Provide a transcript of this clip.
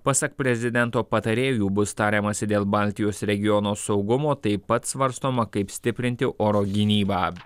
pasak prezidento patarėjų bus tariamasi dėl baltijos regiono saugumo taip pat svarstoma kaip stiprinti oro gynybą